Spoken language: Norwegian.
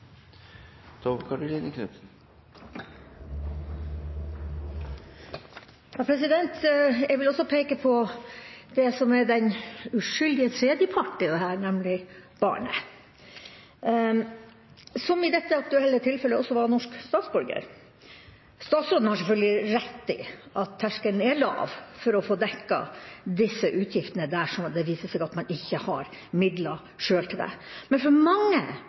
tredjepart i dette, nemlig barnet, som i dette aktuelle tilfellet også var norsk statsborger. Statsråden har selvfølgelig rett i at terskelen er lav for å få dekket disse utgiftene dersom det viser seg at man ikke sjøl har midler til det, men for mange